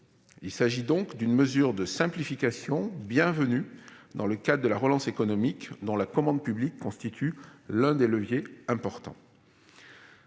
Il s'agit donc d'une mesure de simplification bienvenue dans le cadre de la relance économique, dont la commande publique constitue l'un des leviers importants.